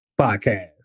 Podcast